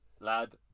Lad